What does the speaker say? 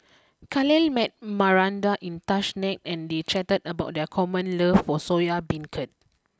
Khalil met Maranda in Tashkent and they chatted about their common love for Soya Beancurd